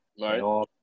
right